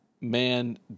man